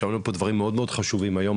היו פה דברים מאוד מאוד חשובים היום,